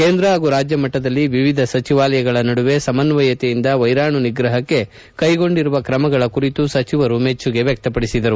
ಕೇಂದ್ರ ಹಾಗೂ ರಾಜ್ಯ ಮಟ್ಟದಲ್ಲಿ ವಿವಿಧ ಸಚಿವಾಲಯಗಳ ನಡುವೆ ಸಮನ್ನಯತೆಯಿಂದ ವೈರಾಣು ನಿಗ್ರಹಕ್ಕೆ ಕೈಗೊಂಡಿರುವ ಕ್ರಮಗಳ ಕುರಿತು ಸಚಿವರು ಮೆಚ್ಚುಗೆ ವ್ಯಕ್ತಪಡಿಸಿದರು